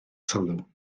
sylw